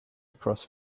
across